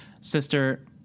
sister